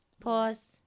Pause